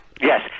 Yes